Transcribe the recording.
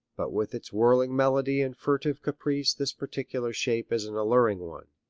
but with its whirring melody and furtive caprice this particular shape is an alluring one.